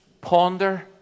Ponder